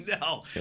no